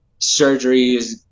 surgeries